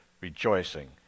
rejoicing